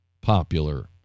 popular